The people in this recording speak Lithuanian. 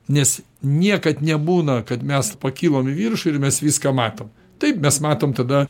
nes niekad nebūna kad mes pakilom į viršų ir mes viską matom taip mes matom tada